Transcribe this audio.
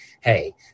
Hey